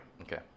Okay